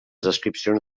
descripcions